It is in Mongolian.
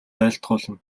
айлтгуулна